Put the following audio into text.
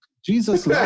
Jesus